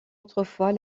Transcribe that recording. autrefois